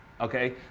okay